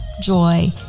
joy